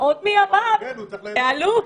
הנראות תהיה אותו דבר.